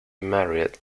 married